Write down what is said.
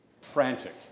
frantic